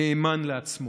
נאמן לעצמו".